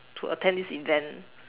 to attend this event